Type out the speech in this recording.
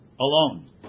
Alone